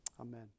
Amen